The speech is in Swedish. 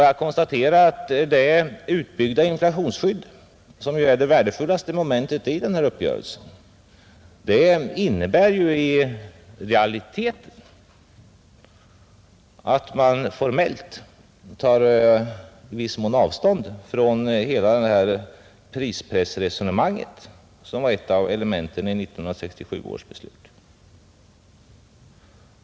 Jag konstaterar att det utbyggda inflationsskyddet, som ju är det värdefullaste momentet i uppgörelsen, i realiteten innebär att man formellt tar i viss mån avstånd från hela det prispressresonemang som var ett av elementen i 1967 års beslut.